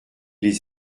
les